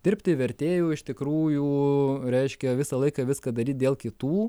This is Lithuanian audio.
dirbti vertėju iš tikrųjų reiškia visą laiką viską daryt dėl kitų